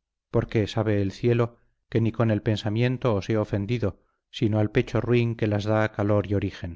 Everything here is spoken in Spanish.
dulzura porque sabe el cielo que ni con el pensamiento os he ofendido sino al pecho ruin que las da calor y origen